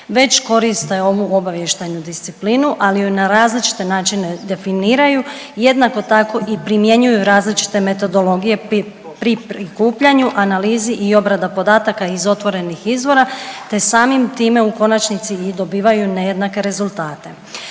već koriste ovu obavještajnu disciplinu, ali joj na različite načine definiraju, jednako tako i primjenjuju različite metodologije pri prikupljanju, analizi i obrada podataka iz otvorenih izvora te samim time u konačnici i dobivaju nejednake rezultate.